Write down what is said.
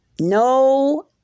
No